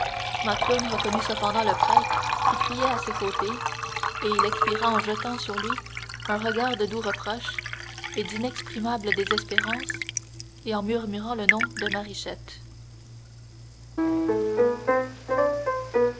macloune reconnut cependant le prêtre qui priait à ses côtés et il expira en jetant sur lui un regard de doux reproche et d'inexprimable désespérance et en murmurant le nom de